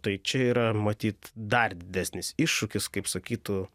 tai čia yra matyt dar didesnis iššūkis kaip sakytų